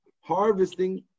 harvesting